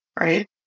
right